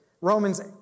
Romans